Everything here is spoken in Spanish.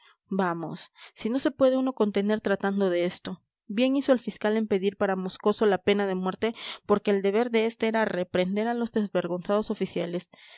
vamos si no se puede uno contener tratando de esto bien hizo el fiscal en pedir para moscoso la pena de muerte porque el deber de este era reprender a los desvergonzados oficiales